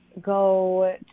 go